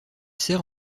sert